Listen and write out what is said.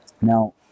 Now